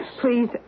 Please